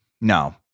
No